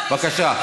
בבקשה.